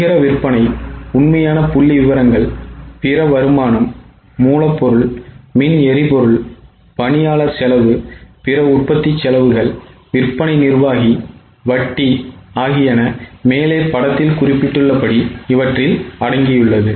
நிகர விற்பனை உண்மையான புள்ளிவிவரங்கள் பிற வருமானம் மூலப்பொருள் மின் எரிபொருள் பணியாளர் செலவு பிற உற்பத்தி செலவுகள் விற்பனை நிர்வாகி வட்டி ஆகியன மேலே படத்தில் குறிப்பிட்டுள்ளபடி இவற்றில் அடங்கியுள்ளது